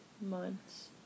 months